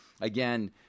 Again